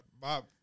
Bob